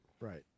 Right